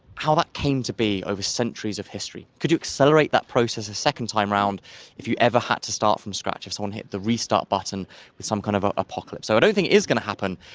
how that came to be over centuries of history. could you accelerate that process a second time round if you ever had to start from scratch, if someone hit the restart button with some kind of apocalypse? so i don't think it is going to happen,